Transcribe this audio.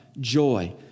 joy